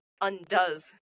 undoes